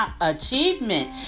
Achievement